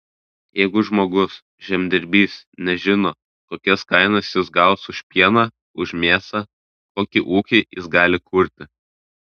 jeigu žmogus žemdirbys nežino kokias kainas jis gaus už pieną už mėsą kokį ūkį jis gali kurti